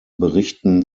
berichten